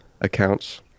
accounts